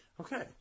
okay